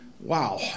Wow